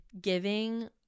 giving